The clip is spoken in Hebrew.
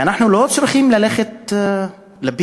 ואנחנו לא צריכים ללכת לפיז"ה,